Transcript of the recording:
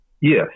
Yes